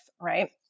right